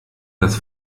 das